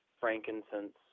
frankincense